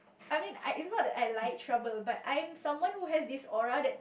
I mean I it's not that I like trouble but I'm someone who has this aura that